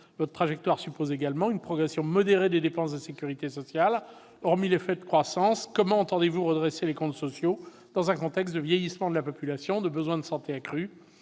Votre trajectoire suppose également une progression modérée des dépenses de sécurité sociale. Hormis l'effet de la croissance économique, comment entendez-vous redresser les comptes sociaux dans un contexte de vieillissement de la population et d'accroissement des